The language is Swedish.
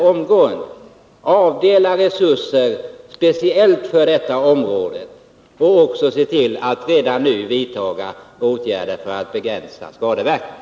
Man måste avdela resurser speciellt för detta område och också se till att redan nu något görs för att begränsa skadeverkningarna.